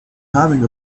having